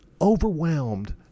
overwhelmed